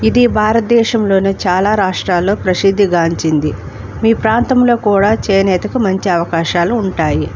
ఇది భారతదేశంలోనే చాలా రాష్ట్రాల్లో ప్రసిద్ధిగాంచింది మీ ప్రాంతంలో కూడా చేనేతకు మంచి అవకాశాలు ఉంటాయి